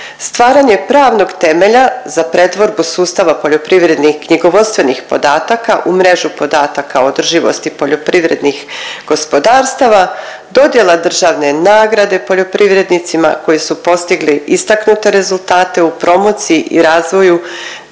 stvaranje pravnog temelja za pretvorbu sustava poljoprivrednih knjigovodstvenih podataka u mrežu podataka održivosti poljoprivrednih gospodarstava, dodjela državne nagrade poljoprivrednicima koji su postigli istaknute rezultate u promociji i razvoju